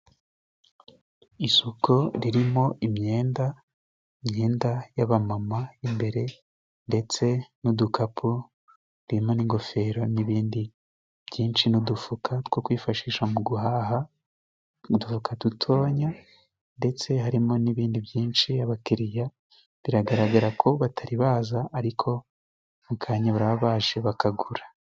Isoku ririmo imyenda, imyenda y'abamama imbere, ndetse n'udukapu ririmo n'ingofero n'ibindi byinshi, n'udufuka two kwifashisha mu guhaha, udufuka dutonya, ndetse harimo n'ibindi byinshi. Abakiriya biragaragara ko batari baza, ariko mukanya baraba baje bakagura.